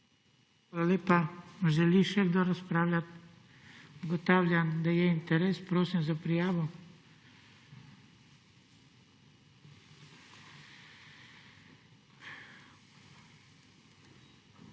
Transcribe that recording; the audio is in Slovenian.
Hvala lepa. Želi še kdo razpravljati? Ugotavljam, da je interes. Prosim za prijavo. Besedo